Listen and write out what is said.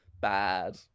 bad